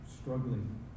struggling